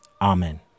Amen